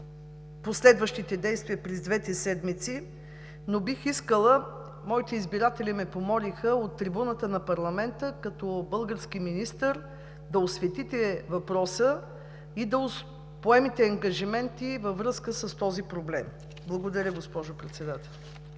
последващите действия през двете седмици, но бих искала, моите избиратели ме помолиха, от трибуната на парламента, като български министър, да осветите въпроса и да поемете ангажименти във връзка с този проблем. Благодаря Ви, госпожо Председател.